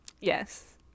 Yes